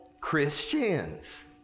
Christians